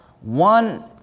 One